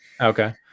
Okay